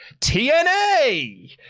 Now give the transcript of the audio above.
TNA